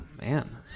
Man